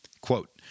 Quote